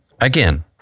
Again